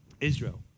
Israel